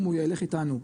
אם הוא ילך איתנו,